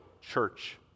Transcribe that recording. church